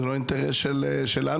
זה לא אינטרס של כולנו,